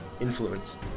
influence